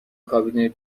کابین